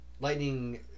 Lightning